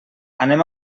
anem